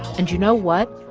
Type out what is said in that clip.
and you know what?